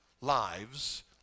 lives